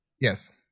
Yes